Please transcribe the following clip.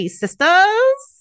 sisters